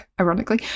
Ironically